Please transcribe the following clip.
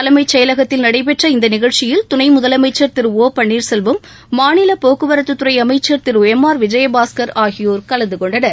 தலைமைச்செயலகத்தில் நடைபெற்ற இந்த நிகழ்ச்சியில் துணை முதலமைச்சர் திரு ஒ பள்ளீர்செல்வம் மாநில போக்குவரத்துத்துறை அமைச்சர் திரு எம் ஆர் விஜயபாஸ்கர் ஆகியோர் கலந்துகொண்டனர்